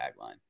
tagline